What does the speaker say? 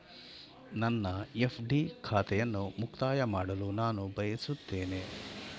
ನನ್ನ ಎಫ್.ಡಿ ಖಾತೆಯನ್ನು ಮುಕ್ತಾಯ ಮಾಡಲು ನಾನು ಬಯಸುತ್ತೇನೆ